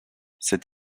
cet